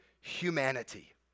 humanity